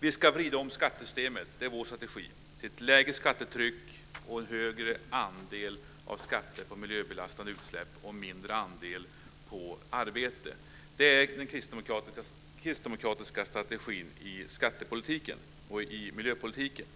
Vi ska vrida om skattesystemet till ett lägre skattetryck och en högre andel av skatter på miljöbelastande utsläpp och mindre andel på arbete. Det är den kristdemokratiska strategin i skattepolitiken och i miljöpolitiken.